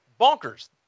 bonkers